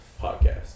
podcast